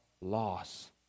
loss